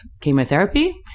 chemotherapy